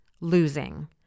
losing